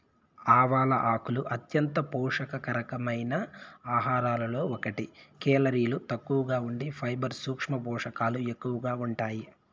ఆవాల ఆకులు అంత్యంత పోషక కరమైన ఆహారాలలో ఒకటి, కేలరీలు తక్కువగా ఉండి ఫైబర్, సూక్ష్మ పోషకాలు ఎక్కువగా ఉంటాయి